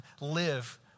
live